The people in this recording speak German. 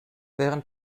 während